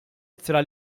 ittra